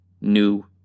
new